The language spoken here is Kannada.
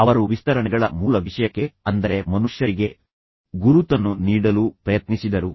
ಅವರು ವಿಸ್ತರಣೆಗಳ ಮೂಲ ವಿಷಯಕ್ಕೆ ಅಂದರೆ ಮನುಷ್ಯರಿಗೆ ಗುರುತನ್ನು ನೀಡಲು ಪ್ರಯತ್ನಿಸಿದರು